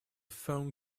phone